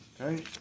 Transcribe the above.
Okay